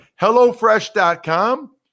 HelloFresh.com